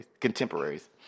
contemporaries